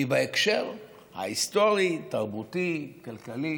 היא בהקשר ההיסטורי, התרבותי, הכלכלי